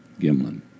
Gimlin